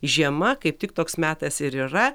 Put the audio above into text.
žiema kaip tik toks metas ir yra